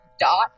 dot